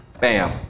Bam